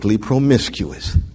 promiscuous